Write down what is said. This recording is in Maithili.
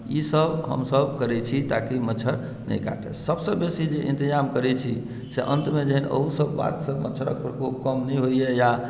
ई सभ हमसभ करै छी ताकि मच्छड़ नहि काटै सभसँ बेसी जे इन्तजाम करै छी से अन्तमे अहु सभ बात से मच्छड़क प्रकोप कम नहि होइया